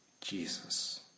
Jesus